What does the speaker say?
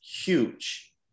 huge